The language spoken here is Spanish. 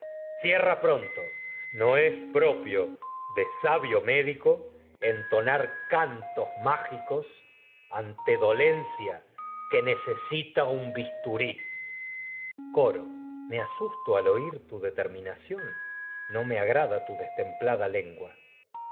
cierra pron cantos mági no propio de sabio médico entonar dolencia que necesita me asusto cos ante el bisturí determinación coro al oír tu no me agrada tu destemplada lengua